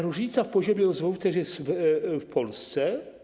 Różnica w poziomie rozwoju jest też w Polsce.